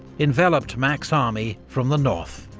enveloped mack's army from the north.